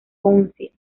council